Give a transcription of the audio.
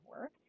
work